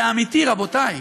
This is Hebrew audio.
זה אמיתי, רבותי.